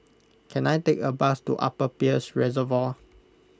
can I take a bus to Upper Peirce Reservoir